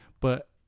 But-